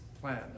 plan